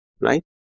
Right